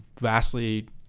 vastly